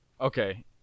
Okay